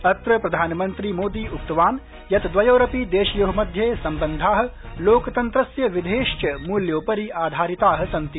अत्र प्रधानमन्त्री मोदी उक्तवान् यत् द्वयोरपि देशयोः मध्ये सम्बन्धाः लोकतन्त्रस्य विधेश्व मूल्योपरि आधारिताः सन्ति